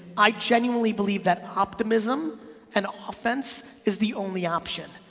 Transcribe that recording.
i genuinely believe that optimism and offense is the only option.